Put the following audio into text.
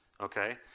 Okay